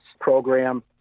program